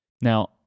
Now